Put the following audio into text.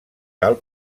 tal